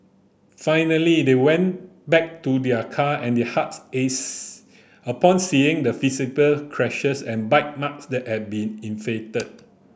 finally they went back to their car and their hearts upon seeing the visible scratches and bite marks that had been inflicted